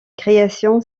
création